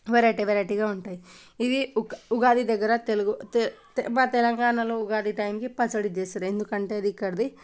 variety వెరైటీగా ఉంటాయి ఇది ఉగాది దగ్గర తెలుగు తె తె మా తెలంగాణలో ఉగాది టైమ్కి పచ్చడి చేస్తారు ఎందుకంటే అది ఇక్కడిది